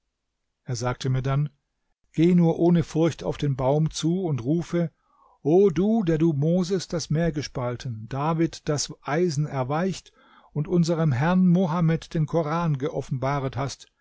er sagte mir dann geh nur ohne furcht auf den baum zu und rufe o du der du moses das meer gespalten david das eisen erweicht und unserem herrn mohammed den koran geoffenbaret hast